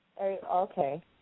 Okay